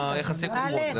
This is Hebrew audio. ביחסי כוחות.